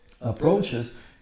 approaches